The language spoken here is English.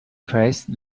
placed